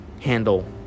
handle